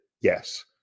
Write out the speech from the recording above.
Yes